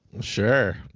Sure